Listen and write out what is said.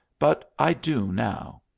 but i do now.